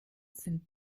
sind